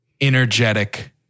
energetic